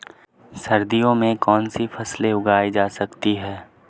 सर्दियों में कौनसी फसलें उगाई जा सकती हैं?